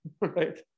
right